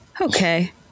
Okay